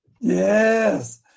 Yes